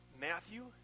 Matthew